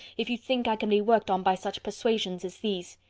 if you think i can be worked on by such persuasions as these.